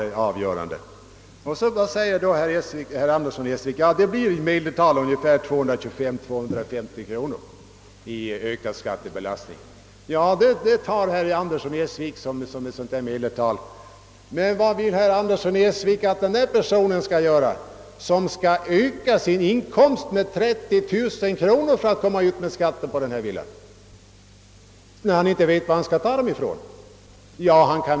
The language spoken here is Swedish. Herr Andersson i Essvik säger vidare att det blir kanske för dessa villaägare 225—250 kronor i ökad skattbelastning eller t.o.m. ännu mindre, om man tar ett medeltal. Men vad vill herr Andersson i Essvik att den person skall göra som måste öka sin inkomst med 30 000 kronor för att komma ut med skatten på villan och som inte vet varifrån han skall ta dessa pengar?